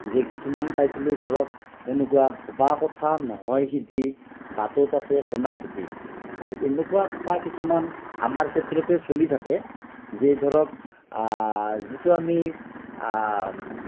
যে কিছুমান পাইছিলোঁ এনেকুৱা ধৰক ভবা কথা নহয় সিদ্ধি বাটত আছে কণা বিধি এনেকুৱা কথা কিছুমান আমাৰ ক্ষেত্ৰতে চলি থাকে যে ধৰক যিটো আমি